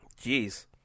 Jeez